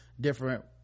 different